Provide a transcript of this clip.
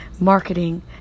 marketing